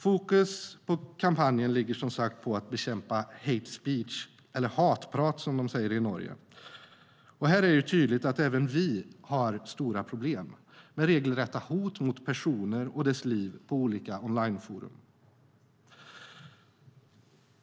Fokus för kampanjen ligger alltså på att bekämpa hate speech - eller hatprat, som de säger i Norge - och här är det tydligt att även vi har stora problem med regelrätta hot mot personer och deras liv på olika onlineforum.